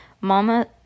Mama